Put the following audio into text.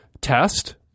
test